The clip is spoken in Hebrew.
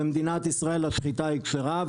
במדינת ישראל השחיטה היא כשרה,